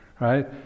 right